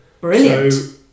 Brilliant